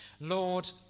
Lord